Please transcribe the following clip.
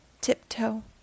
tiptoe